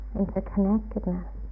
interconnectedness